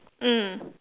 mm